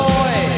boy